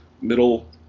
middle